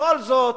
בכל זאת,